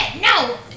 No